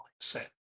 mindset